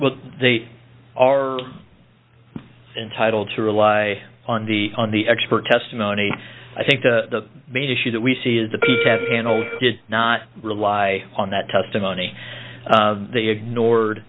well they are entitled to rely on the on the expert testimony i think the main issue that we see is the did not rely on that testimony they ignored